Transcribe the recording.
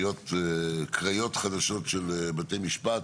קריות חדשות של בתי משפט